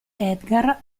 edgar